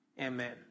Amen